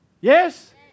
Yes